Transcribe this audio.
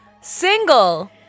single